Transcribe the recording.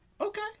Okay